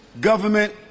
government